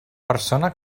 persona